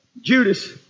Judas